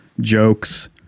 jokes